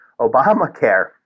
Obamacare